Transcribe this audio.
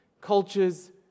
cultures